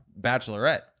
Bachelorette